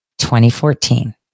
2014